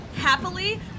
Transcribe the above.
Happily